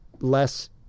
less